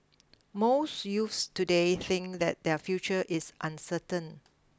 most youth today think that their future is uncertain